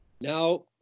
Now